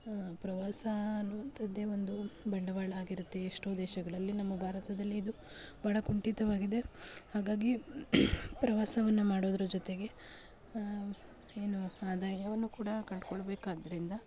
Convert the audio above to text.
ಪ್ರವಾಸ ಅನ್ನುವಂಥದ್ದೇ ಒಂದು ಬಂಡವಾಳ ಆಗಿರುತ್ತೆ ಎಷ್ಟೋ ದೇಶಗಳಲ್ಲಿ ನಮ್ಮ ಭಾರತದಲ್ಲಿ ಇದು ಭಾಳ ಕುಂಠಿತವಾಗಿದೆ ಹಾಗಾಗಿ ಪ್ರವಾಸವನ್ನು ಮಾಡೋದರ ಜೊತೆಗೆ ಏನು ಧ್ಯೇಯವನ್ನು ಕೂಡ ಕಂಡ್ಕೊಳ್ಳಬೇಕಾದ್ದರಿಂದ